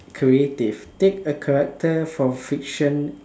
creative take a character from fiction